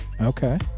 Okay